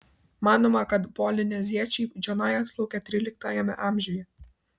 manoma kad polineziečiai čionai atplaukė tryliktajame amžiuje